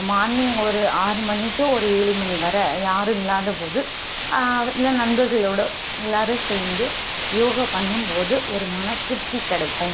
morning ஒரு ஆறு மணி டூ ஒரு ஏழு மணி வரை யாரும் இல்லாதபோது இல்லை நண்பர்களோடய எல்லோரும் சேர்ந்து யோகா பண்ணும்போது ஒரு மன திருப்தி கிடைக்கும்